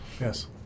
Yes